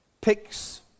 picks